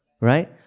Right